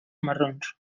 marrons